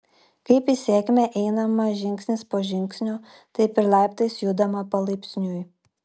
kaip į sėkmę einama žingsnis po žingsnio taip ir laiptais judama palaipsniui